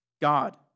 God